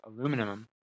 Aluminum